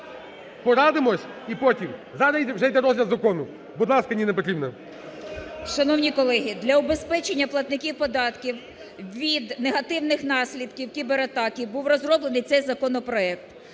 порадимось і потім. Зараз вже йде розгляд закону. Будь ласка, Ніна Петрівна. 19:50:11 ЮЖАНІНА Н.П. Шановні колеги, для убезпечення платників податків від негативних наслідків кібератаки був розроблений цей законопроект.